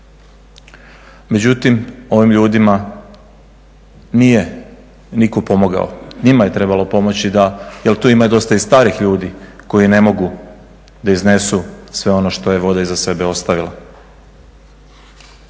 međutim, ovim ljudima nije nitko pomogao, njima je trebalo pomoći jer tu ima dosta i starih ljudi koji ne mogu da iznesu sve ono što je voda iza sebe ostavila.